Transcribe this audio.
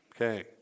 Okay